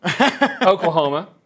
Oklahoma